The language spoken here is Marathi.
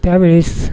त्यावेळेस